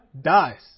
dies